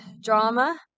drama